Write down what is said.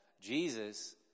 Jesus